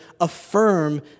affirm